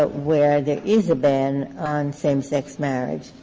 but where there is a ban on same-sex marriage,